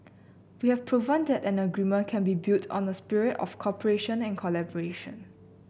we have proven that an agreement can be built on a spirit of cooperation and collaboration